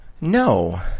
No